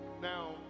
Now